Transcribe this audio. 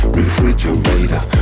refrigerator